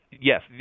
Yes